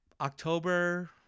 October